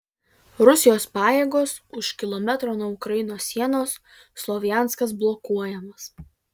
rusijos pajėgos už kilometro nuo ukrainos sienos slovjanskas blokuojamas